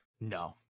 No